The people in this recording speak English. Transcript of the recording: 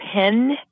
pen